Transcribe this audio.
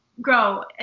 Grow